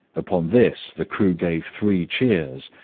upon this the crew gave three cheers,